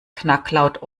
knacklaut